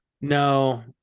No